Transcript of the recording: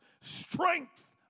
strength